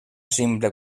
simple